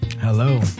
Hello